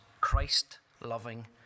Christ-loving